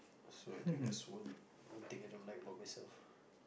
so I think that's one one thing I don't like about myself